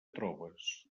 trobes